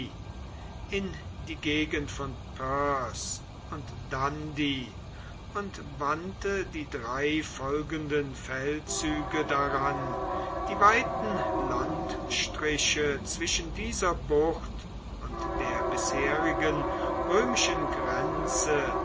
in die gegend von perth und dundee und wandte die drei folgenden feldzüge daran die weiten landstriche zwischen dieser bucht und der bisherigen römischen grenze